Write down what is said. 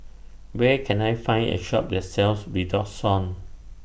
Where Can I Find A Shop that sells Redoxon